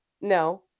No